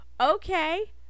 Okay